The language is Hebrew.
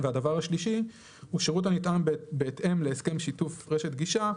והדבר השלישי הוא שירות הניתן בהתאם להסכם שיתוף רשת גישה,